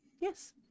Yes